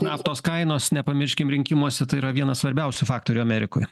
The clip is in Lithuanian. naftos kainos nepamirškim rinkimuose tai yra vienas svarbiausių faktorių amerikoj